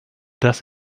das